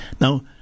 Now